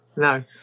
No